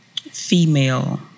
female